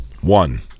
One